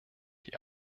die